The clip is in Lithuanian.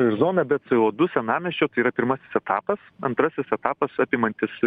ir zona be c o du senamiesčio tai yra pirmasis etapas antrasis etapas apimantis